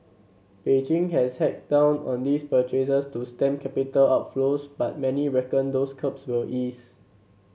Beijing has cracked down on these purchases to stem capital outflows but many reckon those curbs will ease